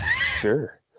Sure